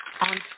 on